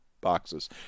boxes